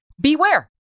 Beware